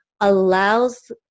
allows